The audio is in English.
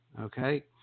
Okay